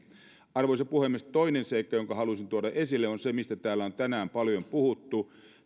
arvoisa puhemies toinen seikka jonka halusin tuoda esille on se mistä täällä on tänään paljon puhuttu